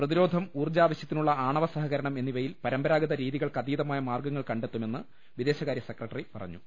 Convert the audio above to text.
പ്രതിരോധം ഊർജ്ജാവശ്യ ത്തിനുള്ള ആണവ സഹകരണം എന്നിവയിൽ പരമ്പരാഗത രീതികൾക്കതീ തമായ മാർഗ്ഗങ്ങൾ കണ്ടെത്തുമെന്ന് വിദേശകാരൃ സെക്രട്ടറി പറഞ്ഞു